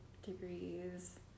Degrees